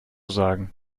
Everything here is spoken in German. sagen